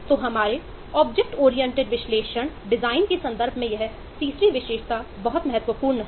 तो हमारे object oriented विश्लेषण डिज़ाइन के संदर्भ से यह तीसरी विशेषता बहुत महत्वपूर्ण है